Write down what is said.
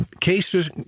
Cases